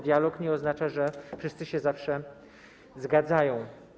Dialog nie oznacza, że wszyscy się zawsze zgadzają.